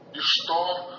iš to